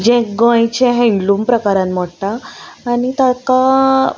जें गोंयचे हँडलूम प्रकारान मोडटा आनी ताका